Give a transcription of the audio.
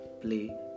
play